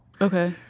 Okay